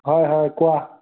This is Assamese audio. হয় হয় কোৱা